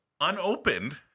unopened